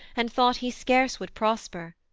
and thought he scarce would prosper.